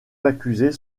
accusés